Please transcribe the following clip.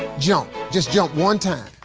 jump, just jump one time.